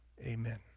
Amen